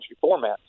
format